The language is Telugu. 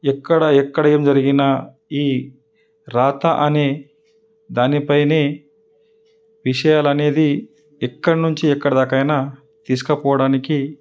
ఎక్కడ ఎక్కడ ఏం జరిగినా ఈ రాత అనే దానిపైనే విషయాలనేది ఎక్కడి నుంచి ఎక్కడిదాకైనా తీసకపోడానికి